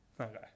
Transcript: Okay